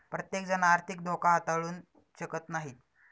प्रत्येकजण आर्थिक धोका हाताळू शकत नाही